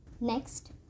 Next